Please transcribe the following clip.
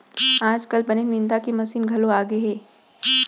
आजकाल बन निंदे के मसीन घलौ आगे हे